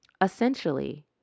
Essentially